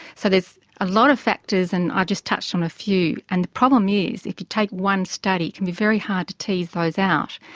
so there's a lot factors, and i ah just touched on a few. and the problem is, if you take one study it can be very hard to tease those out,